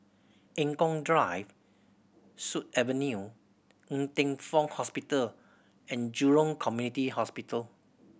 Eng Kong Drive Sut Avenue and Ng Teng Fong Hospital And Jurong Community Hospital